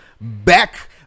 Back